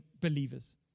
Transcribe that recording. believers